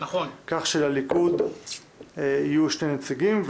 כך שלליכוד יהיו שני נציגים,